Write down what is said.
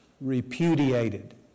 repudiated